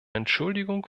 entschuldigung